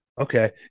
Okay